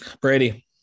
Brady